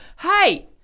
hey